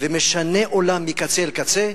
ומשנה עולם מקצה אל קצה.